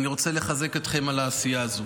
ואני רוצה לחזק אתכם על העשייה הזו.